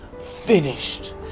finished